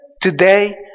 today